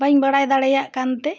ᱵᱟᱹᱧ ᱵᱟᱲᱟᱭ ᱫᱟᱲᱮᱭᱟᱜ ᱠᱟᱱᱛᱮ